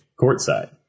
courtside